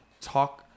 talk